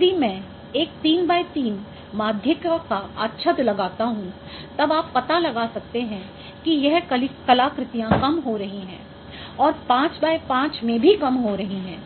यदि मैं एक 3 × 3 माध्यिका का आच्छद लगाता हूं तब आप पता लगा सकते हैं कि यह कलाकृतियाँ कम हो रही हैं और 5 × 5 में भी कम हो रहीं